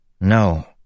No